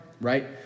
right